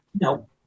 No